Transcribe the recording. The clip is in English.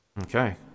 Okay